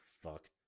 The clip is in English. fuck